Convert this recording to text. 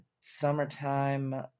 Summertime